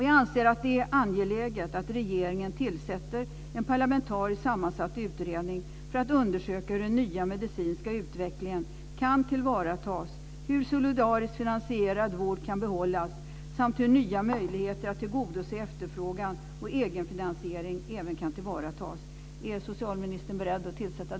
Jag anser att det är angeläget att regeringen tillsätter en parlamentariskt sammansatt utredning för att undersöka hur den nya medicinska utvecklingen kan tillvaratas, hur solidariskt finansierad vård kan behållas samt hur nya möjligheter att tillgodose efterfrågan och egenfinansiering kan tillvaratas.